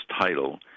title